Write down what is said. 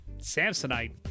Samsonite